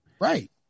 Right